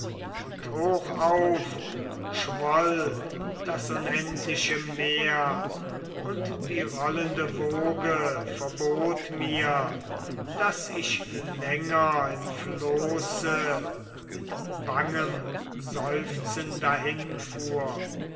und hochauf schwoll das unendliche meer und die rollende woge verbot mir daß ich länger im floße mit bangem seufzen dahinfuhr